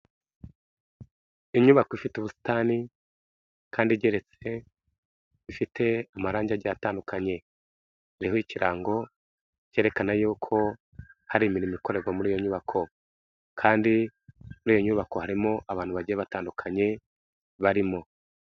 Inyubako ifite ubusitani kandi igeretse, ifite amarangi agiye atandukanye, iriho ikirango cyerekana yuko hari imirimo ikorerwa muri iyo nyubako, kandi muri iyo nyubako harimo abantu bagiye batandukanye barimo.